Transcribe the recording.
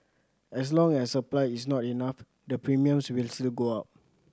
as long as supply is not enough the premiums will still go up